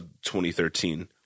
2013